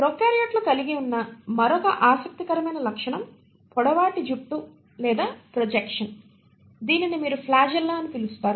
ప్రొకార్యోట్లు కలిగి ఉన్న మరొక ఆసక్తికరమైన లక్షణం పొడవాటి జుట్టు లేదా ప్రొజెక్షన్ దీనిని మీరు ఫ్లాగెల్లా అని పిలుస్తారు